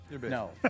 No